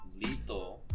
Lito